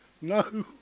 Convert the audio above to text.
No